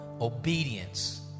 obedience